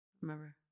remember